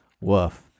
Woof